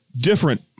different